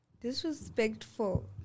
Disrespectful